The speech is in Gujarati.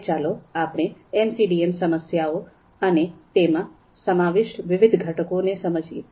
હવે ચાલો આપણે એમસીડીએમ સમસ્યાઓ અને તેમાં સમાવિષ્ટ વિવિધ ઘટકો ને સમજીએ